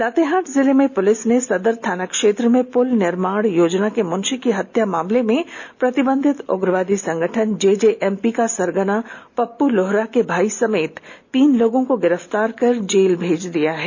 लातेहार जिला पुलिस ने सदर थाना क्षेत्र में पुल निर्माण योजना के मुंशी की हत्या के मामले में प्रतिबंधित उग्रवादी संगठन जेजेएमपी का सरगना पप्पू लोहरा के भाई समेत तीन लोगों को गिरफ्तार कर जेल भेज दिया है